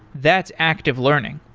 that's active learning.